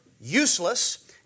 useless